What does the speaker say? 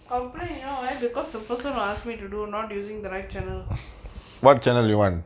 complain you know why because the person ask me to do not using the right channel